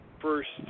first